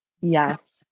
Yes